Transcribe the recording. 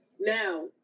Now